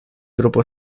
grupo